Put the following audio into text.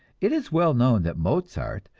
it is well known that mozart,